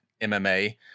MMA